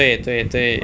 对对对